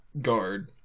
guard